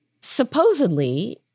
Supposedly